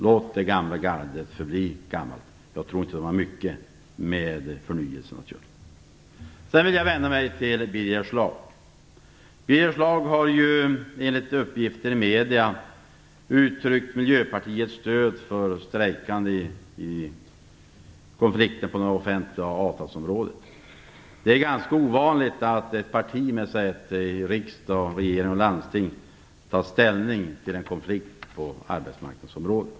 Låt det gamla gardet förbli. Jag tror inte att de har mycket med förnyelse att göra. Jag vänder mig sedan till Birger Schlaug. Enligt uppgifter i medier har Birger Schlaug uttryckt Miljöpartiets stöd för de strejkande i konflikten på det offentliga avtalsområdet. Det är ganska ovanligt att ett parti med säte i riksdag, regering och landsting tar ställning i en konflikt på arbetsmarknadsområdet.